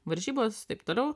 varžybos taip toliau